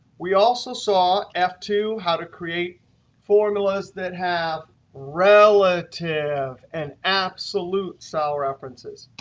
we also saw f two how to create formulas that have relative and absolute cell references.